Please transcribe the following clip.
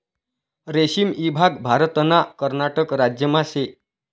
रेशीम ईभाग भारतना कर्नाटक राज्यमा शे